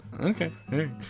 Okay